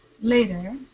later